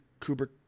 Kubrick